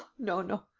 no, no,